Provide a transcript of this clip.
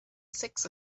six